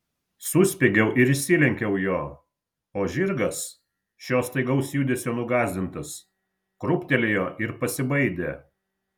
suspiegiau ir išsilenkiau jo o žirgas šio staigaus judesio nugąsdintas krūptelėjo ir pasibaidė